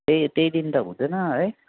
त्यही त्यही दिन त हुँदैन है